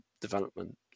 development